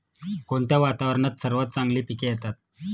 कोणत्या वातावरणात सर्वात चांगली पिके येतात?